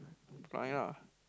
try ah